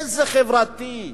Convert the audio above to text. איזה חברתי?